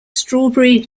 strawberry